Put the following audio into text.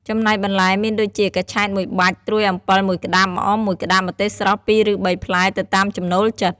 ចំណែកបន្លែមានដូចជា កញ្ឆែត ១ បាច់ ត្រួយអំពិល ១ ក្តាប់ ម្អម ១ ក្តាប់ ម្ទេសស្រស់ ២ឬ៣ ផ្លែ ទៅតាមចំណូលចិត្ត។